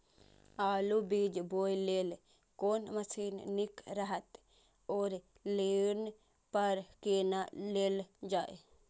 आलु बीज बोय लेल कोन मशीन निक रहैत ओर लोन पर केना लेल जाय?